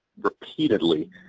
repeatedly